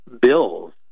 bills